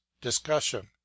discussion